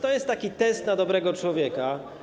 To jest taki test na dobrego człowieka.